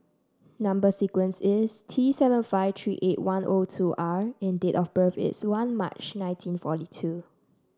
number sequence is T seven five three eight one O two R and date of birth is one March nineteen forty two